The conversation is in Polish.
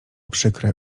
przykre